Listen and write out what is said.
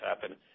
happen